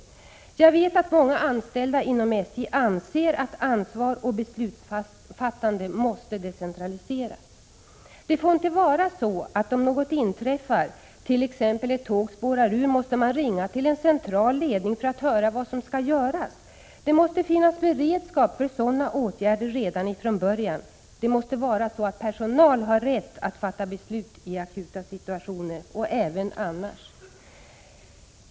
Jag vet att många anställda inom SJ anser att ansvar och beslutsfattande måste decentraliseras. Det får inte vara så att om något inträffar, t.ex. att ett tåg spårar ur, måste man ringa till en central ledning för att höra vad som skall göras. Det måste finnas beredskap för sådana åtgärder redan från början. Det måste vara så att personal har rätt att fatta beslut i akuta situationer och även annars.